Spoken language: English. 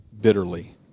bitterly